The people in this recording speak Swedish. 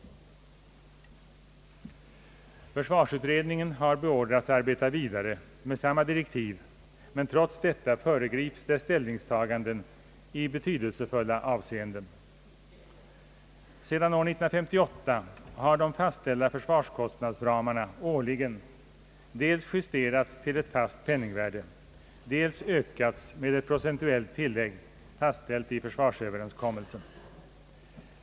Försvarsutredningen har beordrats att arbeta vidare med samma direktiv, men trots detta föregrips dess ställningstaganden i betydelsefulla avseenden. Sedan år 1958 har de fastställda försvarskostnadsramarna årligen dels justerats till ett fast penningvärde, dels ökats med ett procentuellt tillägg fastställt i försvarsöverenskommelsen.